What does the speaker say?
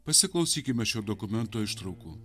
pasiklausykime šio dokumento ištraukų